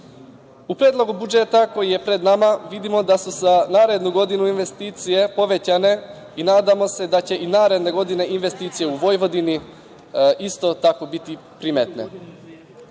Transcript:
predlogu budžeta koji je pred nama vidimo da su za narednu godinu investicije povećanje i nadamo se da će i naredne godine investicije u Vojvodini isto tako biti primetne.